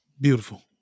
Beautiful